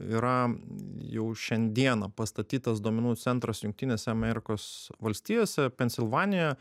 yra jau šiandieną pastatytas duomenų centras jungtinėse amerikos valstijose pensilvanijoje